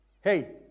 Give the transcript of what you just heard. Hey